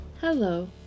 Hello